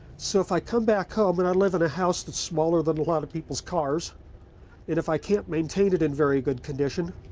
so if i come back home and i live in a house that's smaller than a lot of people's cars and if i can't maintain it in very good condition,